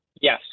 Yes